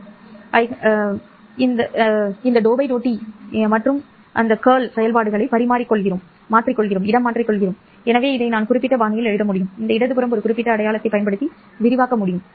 நான் ∂∂t மற்றும் சுருட்டை செயல்பாடுகளை பரிமாறிக்கொண்டேன் எனவே இதை நான் இந்த குறிப்பிட்ட பாணியில் எழுத முடியும் இந்த இடது புறம் ஒரு குறிப்பிட்ட அடையாளத்தைப் பயன்படுத்தி விரிவாக்க முடியும்